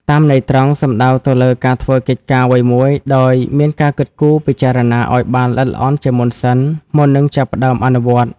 តាមន័យត្រង់ សំដៅទៅលើការធ្វើកិច្ចការអ្វីមួយដោយមានការគិតគូរពិចារណាឱ្យបានល្អិតល្អន់ជាមុនសិន មុននឹងចាប់ផ្តើមអនុវត្ត។